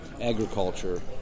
agriculture